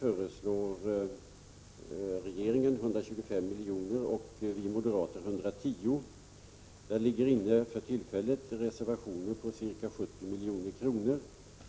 tveckli bet Regeringen föreslår 125 milj.kr. och vi moderater 110 milj.kr. i anslag till AR SSR nd m.m. Angola. För närvarande ligger det inne reservationer på ca 70 milj.kr.